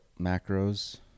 macros